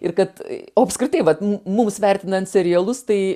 ir kad o apskritai vat mums vertinant serialus tai